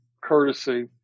courtesy